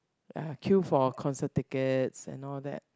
I queue for concert tickets and all that